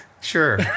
Sure